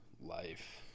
life